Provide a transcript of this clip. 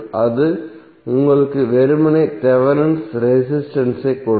அது உங்களுக்கு வெறுமனே தேவெனின் ரெசிஸ்டன்ஸ் ஐக் கொடுக்கும்